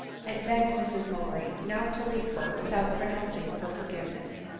and begged mrs mowbray not to leave her with out pronouncing her forgiveness.